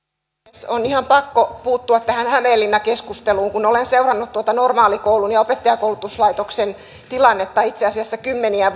puhemies on ihan pakko puuttua tähän hämeenlinna keskusteluun kun olen seurannut tuota normaalikoulun ja opettajankoulutuslaitoksen tilannetta itse asiassa kymmeniä